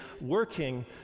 working